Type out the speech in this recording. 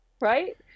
right